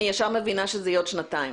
אני ישר מבינה שזה יהיה בעוד שנתיים.